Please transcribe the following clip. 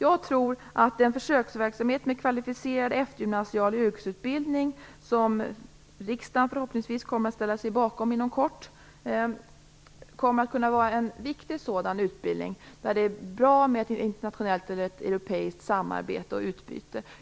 Jag tror att den försöksverksamhet med kvalificerad eftergymnasial yrkesutbildning som riksdagen förhoppningsvis kommer att ställa sig bakom inom kort kommer att vara en viktig sådan utbildning, där det är bra med ett internationellt eller europeiskt samarbete och utbyte.